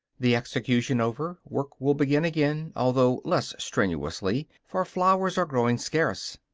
the execution over, work will begin again, although less strenuously, for flowers are growing scarce.